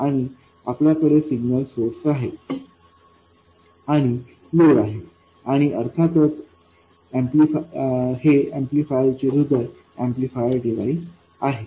आणि आपल्याकडे signal source आहे आणि लोड आहे आणि अर्थातच हे ऍम्प्लिफायर चे हृदय ऍम्प्लिफायर डिव्हाइस आहे